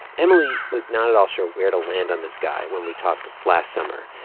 emily was not at all sure where to land on this guy when we talked last summer.